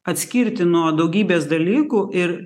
atskirti nuo daugybės dalykų ir